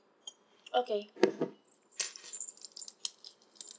okay